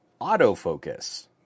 autofocus